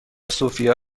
سوفیا